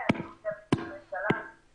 ניסיתי לתפוס את נדב, והוא לא ענה לי.